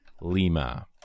Lima